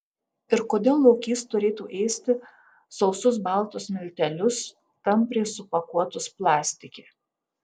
ir kodėl lokys turėtų ėsti sausus baltus miltelius tampriai supakuotus plastike